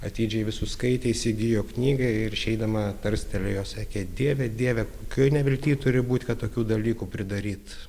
atidžiai visus skaitė įsigijo knygą ir išeidama tarstelėjo sakė dieve dieve kokioj nevilty turi būt kad tokių dalykų pridaryt